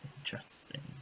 Interesting